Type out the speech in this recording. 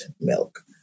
milk